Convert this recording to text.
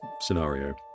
scenario